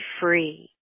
free